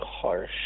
harsh